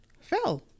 fell